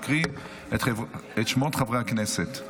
אבקש להקריא את שמות חברי הכנסת.